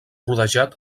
rodejat